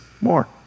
more